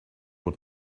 what